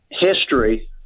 history